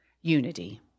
unity